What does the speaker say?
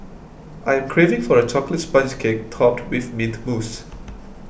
I am craving for a Chocolate Sponge Cake Topped with Mint Mousse